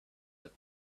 the